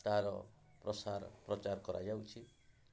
ତା'ର ପ୍ରସାର ପ୍ରଚାର କରାଯାଉଛି